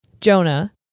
jonah